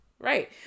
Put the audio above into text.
Right